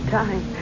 time